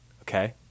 Okay